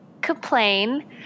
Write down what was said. complain